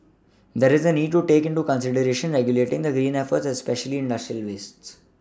there is a need to take into consideration regulating the green efforts especially industrial wastes